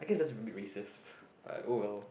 I guess that's a bit racist but oh well